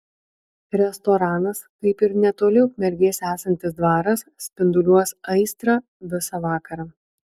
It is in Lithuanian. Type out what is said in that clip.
restoranas kaip ir netoli ukmergės esantis dvaras spinduliuos aistrą visa vakarą